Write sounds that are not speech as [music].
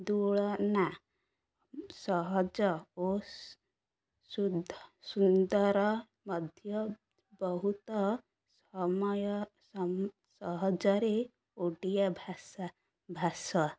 [unintelligible] ସହଜ ଓ ସୁନ୍ଦର ମଧ୍ୟ ବହୁତ ସମୟ ସହଜରେ ଓଡ଼ିଆ ଭାଷା [unintelligible]